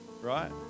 Right